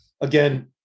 again